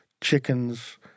chickens